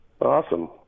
Awesome